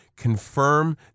Confirm